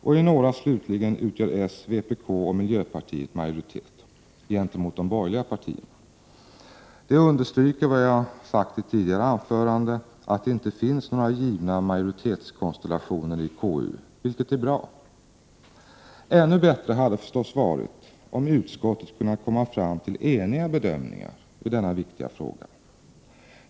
Och slutligen utgör i några fall socialdemokraterna, vpk och miljöpartiet majoritet gentemot de borgerliga partierna. Det understryker vad jag har sagt i ett tidigare anförande, att det inte finns några givna majoritetskonstellationer i konstitutionsutskottet, vilket är bra. Ännu bättre hade det förstås varit om utskottet kunnat komma fram till eniga bedömningar i denna viktiga fråga.